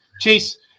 chase